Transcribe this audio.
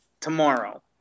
tomorrow